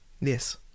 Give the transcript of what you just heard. Yes